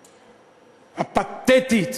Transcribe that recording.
הפתטית,